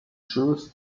choose